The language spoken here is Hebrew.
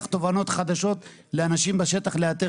תובנות חדשות לאנשים בשטח לאתר סיכונים.